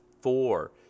four